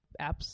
apps